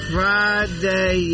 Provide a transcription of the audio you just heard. Friday